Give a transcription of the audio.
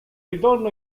ritorno